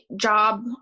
job